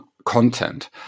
Content